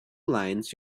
lines